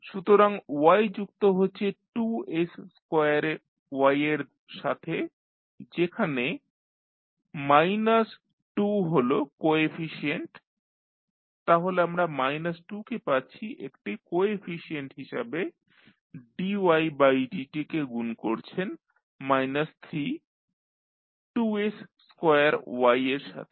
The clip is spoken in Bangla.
সুতরাং y যুক্ত হচ্ছে 2s স্কোয়ার y এর সাথে যেখানে মাইনাস 2 হল কোএফিশিয়েন্ট তাহলে আমরা মাইনাস 2 কে পাচ্ছি একটি কোএফিশিয়েন্ট হিসাবে dy বাই dt কে গুণ করছেন মাইনাস 3 2s স্কোয়ার y এর সাথে